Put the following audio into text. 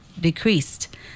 decreased